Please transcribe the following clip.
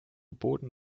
boden